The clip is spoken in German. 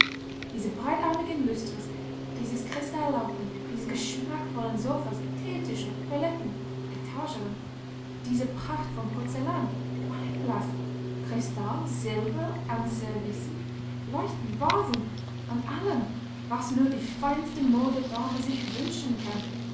diese breitarmigen lüstres diese kristallampen diese geschmackvollen sofas teetische toiletten etageren diese pracht von porzellan beinglas kristall silber an servicen leuchtern vasen an allem was nur die feinste modedame sich wünschen kann